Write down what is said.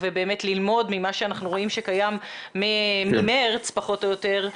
ובאמת ללמוד ממה שאנחנו רואים שקיים ממרץ פחות או יותר,